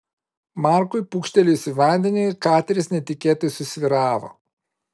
markui pūkštelėjus į vandenį kateris netikėtai susvyravo